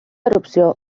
erupció